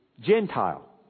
Gentile